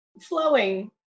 flowing